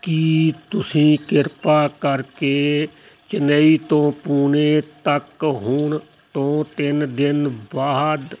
ਕੀ ਤੁਸੀਂ ਕਿਰਪਾ ਕਰਕੇ ਚੇਨੱਈ ਤੋਂ ਪੂਣੇ ਤੱਕ ਹੁਣ ਤੋਂ ਤਿੰਨ ਦਿਨ ਬਾਅਦ